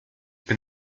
bin